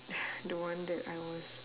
the one that I was